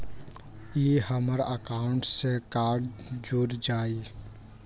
ई हमर अकाउंट से कार्ड जुर जाई?